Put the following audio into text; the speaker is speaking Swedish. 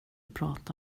prata